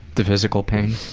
the physical pain?